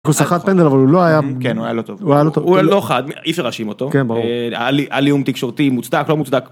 ‫הוא שחט פנדל, אבל הוא לא היה... ‫-כן, הוא היה לא טוב. ‫הוא היה לא טוב. ‫-הוא היה לא חד, אי אפשר להשאיר אותו. ‫כן, ברור. ‫-היה עליהום תקשורתי מוצדק, לא מוצדק.